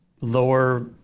lower